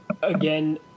Again